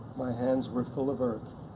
my hands were full of earth,